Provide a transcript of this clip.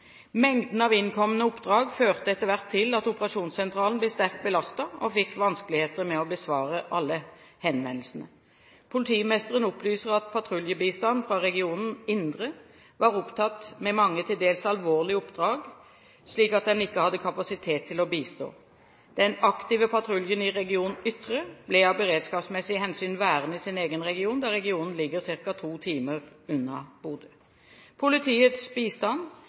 Mengden av innkomne oppdrag førte etter hvert til at operasjonssentralen ble sterkt belastet og fikk vanskeligheter med å besvare alle henvendelsene. Politimesteren opplyser at patruljebistand fra Region Indre var opptatt med mange til dels alvorlige oppdrag, slik at den ikke hadde kapasitet til å bistå. Den aktive patruljen i Region Ytre ble av beredskapsmessige hensyn værende i sin egen region, da regionen ligger ca. to timer unna Bodø. Politiets bistand,